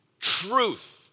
truth